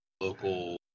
local